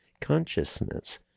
consciousness